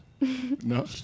No